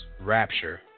Rapture